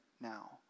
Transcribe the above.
now